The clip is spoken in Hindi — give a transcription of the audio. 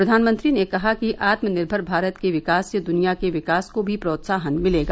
प्रधानमंत्री ने कहा कि आत्मनिर्भर भारत के विकास से दुनिया के विकास को भी प्रोत्साहन मिलेगा